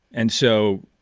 and so,